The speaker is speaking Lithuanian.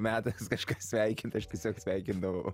metas kažką sveikint aš tiesiog sveikindavau